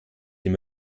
dem